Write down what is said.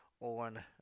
on